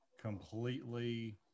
completely